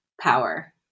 power